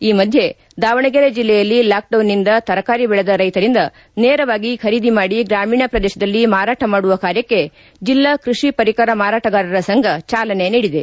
ಈ ಮಧ್ಯೆ ದಾವಣಗೆರೆ ಜಿಲ್ಲೆಯಲ್ಲಿ ಲಾಕ್ಡೌನ್ನಿಂದ ತರಕಾರಿ ಬೆಳೆದ ರೈತರಿಂದ ನೇರವಾಗಿ ಖರೀದಿ ಮಾಡಿ ಗ್ರಾಮೀಣ ಪ್ರದೇಶದಲ್ಲಿ ಮಾರಾಟ ಮಾಡುವ ಕಾರ್ಯಕ್ಕೆ ಜಿಲ್ಲಾ ಕೃಷಿ ಪರಿಕರ ಮಾರಾಟಗಾರರ ಸಂಘ ಚಾಲನೆ ನೀಡಿದೆ